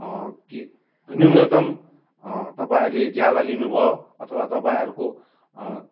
के न्युनतम तपाईँहरूले ज्याला लिनुभयो अथवा तपाईँहरूको